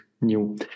new